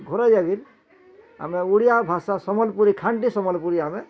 ଘରଇ ଆମେ ଓଡ଼ିଆ ଭାଷା ସମ୍ବଲପୁରୀ ଖାଣ୍ଟି ସମ୍ବଲପୁରୀ ଆମେ